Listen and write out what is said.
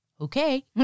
okay